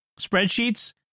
spreadsheets